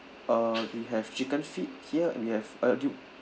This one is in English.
uh they have chicken feet here and we have uh do~